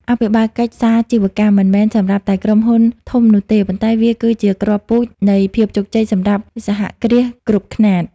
អភិបាលកិច្ចសាជីវកម្មមិនមែនសម្រាប់តែក្រុមហ៊ុនធំនោះទេ ប៉ុន្តែវាគឺជា "គ្រាប់ពូជ" នៃភាពជោគជ័យសម្រាប់សហគ្រាសគ្រប់ខ្នាត។